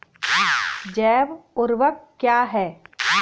जैव ऊर्वक क्या है?